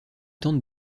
tente